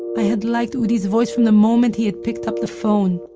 i had liked udi's voice from the moment he had picked up the phone.